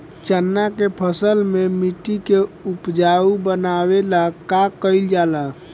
चन्ना के फसल में मिट्टी के उपजाऊ बनावे ला का कइल जाला?